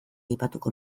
aipatuko